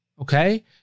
Okay